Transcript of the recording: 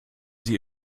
sie